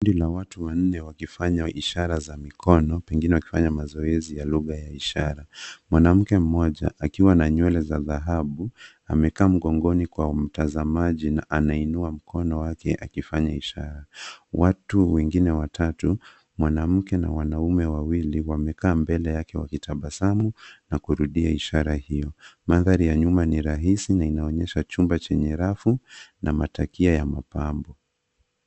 Kundi la watu wa nne walifanya ishara za mikono pengine wakifanya mazoezi ya lugha ya ishara. Mwanamke mmoja akiwa na nywele za dhahabu amekaa mgongoni kwa mtazamaji na anainua mkono wake akifanya ishara. Watu wengine watatu mwanamke na wanaume wawili wamekaa mbele yake wakitabasamu na kurudia ishara hiyo mandhari ya nyuma ni rahisi na inaonyesha chumba chenye rafu na matakia ya mapambo.